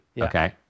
Okay